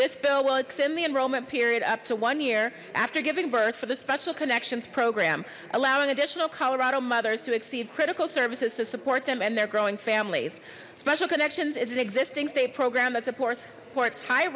this bill will extend the enrollment period up to one year after giving birth for the special connections program allowing additional colorado mothers to exceed critical services to support them and their growing families special connections is an existing state program that supports courts high